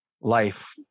life